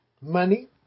money